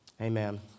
Amen